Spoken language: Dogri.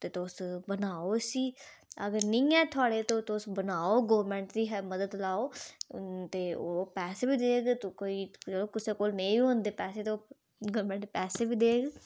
ते तुस बनाओ इसी अगर निं ऐ थोह्ड़े ते तुस बनाओ ते गौरमेंट जी मदद लैओ ते ओह् पैसी बी देग ते कोई यरो कुसै कोल नेईं होंदे पैसे ते ओह् गौरमेंट पैसे बी देग